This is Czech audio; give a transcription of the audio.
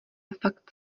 fakt